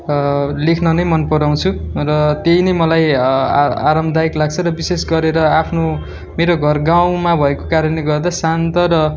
लेख्न नै मन पराउँछु र त्यही नै मलाई आरामदायक लाग्छ र विशेष गरेर आफ्नो मेरो घर गाउँमा भएको कारणले गर्दा शान्त र